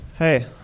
Hey